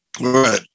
Right